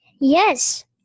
Yes